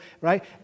right